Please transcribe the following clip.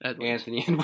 Anthony